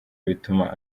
bituma